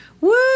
Woo